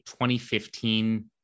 2015